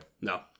No